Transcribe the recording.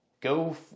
Go